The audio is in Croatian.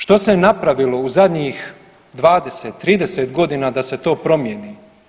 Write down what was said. Što se je napravilo u zadnjih 20, 30 godina da se to promijeni?